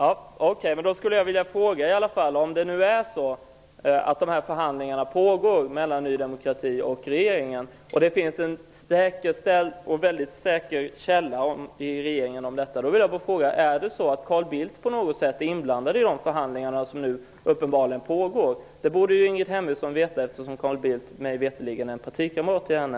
Herr talman! Jag skulle då vilja ställa en fråga, om det nu är så att det pågår förhandlingar mellan Ny demokrati och regeringen och det finns en säker källa i regeringen: Är Carl Bildt inblandad i de förhandlingar som nu uppenbarligen pågår? Det borde Ingrid Hemmingsson veta och ha någon information om, eftersom Carl Bildt mig veterligt är en partikamrat till henne.